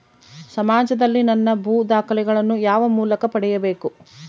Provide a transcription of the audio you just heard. ಸಮಾಜದಲ್ಲಿ ನನ್ನ ಭೂ ದಾಖಲೆಗಳನ್ನು ಯಾವ ಮೂಲಕ ಪಡೆಯಬೇಕು?